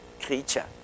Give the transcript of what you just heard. creature